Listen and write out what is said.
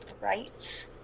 right